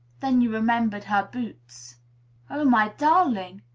then you remembered her boots oh, my darling,